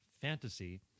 fantasy